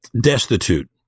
destitute